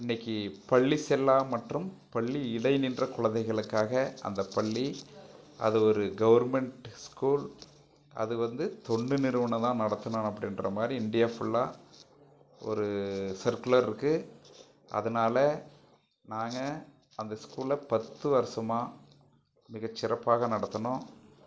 இன்னைக்கி பள்ளி செல்லா மற்றும் பள்ளி இடை நின்ற குழந்தைகளுக்காக அந்த பள்ளி அது ஒரு கவர்மெண்ட்டு ஸ்கூல் அது வந்து தொண்டு நிறுவனம் தான் நடத்தினோம் அப்படின்ற மாதிரி இண்டியா ஃபுல்லாக ஒரு சர்குலருக்கு அதனால் நாங்கள் அந்த ஸ்கூலில் பத்து வருசமாக மிக சிறப்பாக நடத்தினோம்